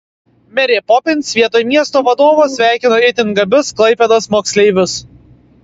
merė popins vietoj miesto vadovo sveikino itin gabius klaipėdos moksleivius